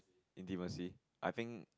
intimacy I think